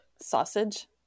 sausage